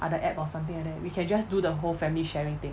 other app or something like that we can just do the whole family sharing thing